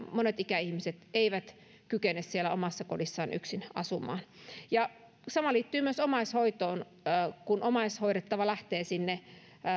monet ikäihmiset eivät kykene omassa kodissaan yksin asumaan sama liittyy myös omaishoitoon kun omaishoidettava lähtee sinne